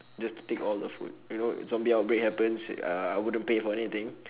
just take all the food you know if zombie outbreak happens uh I wouldn't pay for anything